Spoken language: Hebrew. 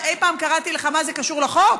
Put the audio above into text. אי פעם קראתי לך: מה זה קשור לחוק?